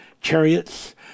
chariots